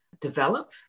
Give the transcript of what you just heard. develop